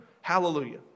hallelujah